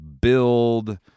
Build